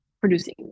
producing